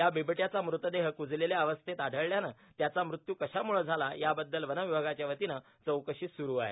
या बिबट्याचा मृतदेह कुजलेल्या अवस्थेत आढळल्यानं त्याचा मृत्यू कशामुळं झाला याबद्दल वर्नावभागाच्या वतीनं चौकशी सुरू आहे